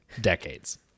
decades